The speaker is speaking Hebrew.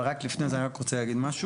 אבל רק לפני זה אני רק רוצה להגיד משהו.